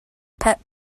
pet